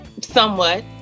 somewhat